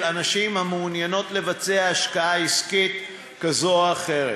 אנשים המעוניינות לבצע השקעה עסקית כזו או אחרת.